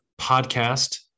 podcast